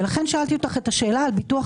לכן שאלתי אותך את השאלה על ביטוח